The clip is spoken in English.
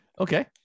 Okay